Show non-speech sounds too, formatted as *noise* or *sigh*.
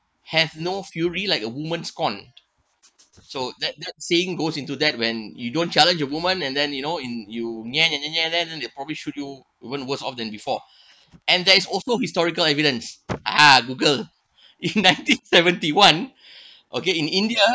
have not fury like a woman scorn so that that saying goes into that when you don't challenge a woman and then you know and you *noise* and then they probably shoot you even worse off than often before and there's also historical evidence uh google in ninety seventy one okay in india